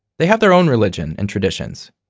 they have their own religion and traditions.